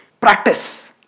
Practice